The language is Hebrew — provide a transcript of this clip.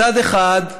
מצד אחד,